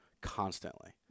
constantly